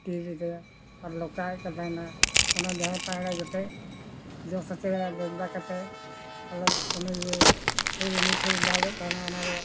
ᱴᱤᱨᱮ ᱨᱮᱜᱮ ᱟᱨ ᱞᱮ ᱞᱚᱠᱟᱭᱮᱫ ᱠᱚ ᱛᱟᱦᱮᱱᱟ ᱚᱱᱟ ᱡᱟᱦᱟᱸᱭ ᱯᱟᱭᱲᱟᱭ ᱡᱚᱴᱮᱫ ᱡᱚᱥ ᱦᱚᱪᱚᱭᱟᱭ ᱞᱮᱵᱫᱟ ᱠᱟᱛᱮᱜ ᱚᱱᱮᱡᱮ ᱩᱱᱤ ᱯᱷᱤᱨᱮ ᱫᱟᱞᱮᱫ ᱛᱟᱦᱮᱱᱟ ᱚᱱᱟᱨᱮ